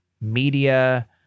media